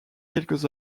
quelques